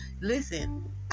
listen